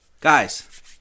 Guys